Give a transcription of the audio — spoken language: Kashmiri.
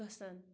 گژھان